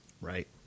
right